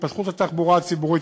התפתחות התחבורה הציבורית,